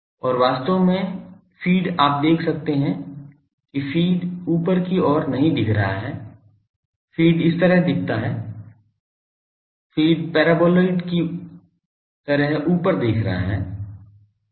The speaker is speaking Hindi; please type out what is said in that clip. और वास्तव में फ़ीड आप देख सकते हैं कि फ़ीड ऊपर की ओर नहीं दिख रहा है फ़ीड इस तरह दिख सकता है फ़ीड पैराबोलाइड की तरह ऊपर देख रहा है